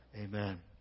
Amen